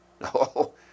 No